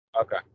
Okay